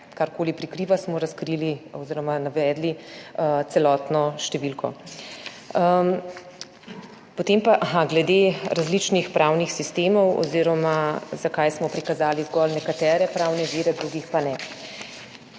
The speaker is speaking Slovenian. kar koli prikriva, smo razkrili oziroma navedli celotno številko. Potem pa glede različnih pravnih sistemov oziroma zakaj smo prikazali zgolj nekatere pravne vire, drugih pa ne.